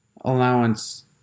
allowance